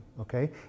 Okay